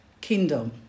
kingdom